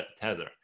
Tether